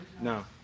No